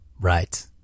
right